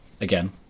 again